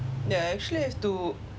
no actually I have to